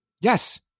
Yes